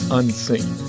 unseen